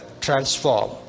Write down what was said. transform